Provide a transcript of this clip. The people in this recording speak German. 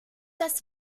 das